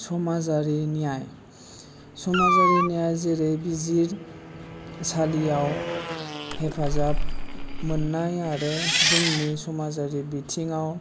समाजारि न्याय समाजारि न्याय जेरै बिजिरसालियाव हेफाजाब मोननाय आरो जोंनि समाजारि बिथिङाव